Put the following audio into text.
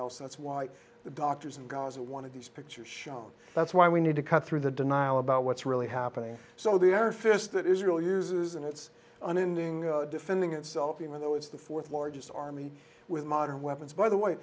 else that's why the doctors in gaza wanted these pictures shown that's why we need to cut through the denial about what's really happening so the arab fist that israel uses and it's an ending defending itself even though it's the fourth largest army with modern weapons by the way